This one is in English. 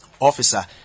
Officer